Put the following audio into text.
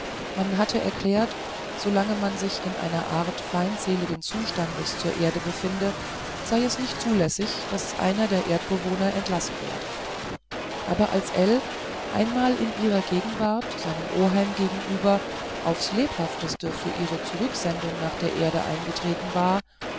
man hatte erklärt so lange man sich in einer art feindseligen zustandes zur erde befinde sei es nicht zulässig daß einer der erdbewohner entlassen werde aber als ell einmal in ihrer gegenwart seinem oheim gegenüber aufs lebhafteste für ihre zurücksendung nach der erde eingetreten war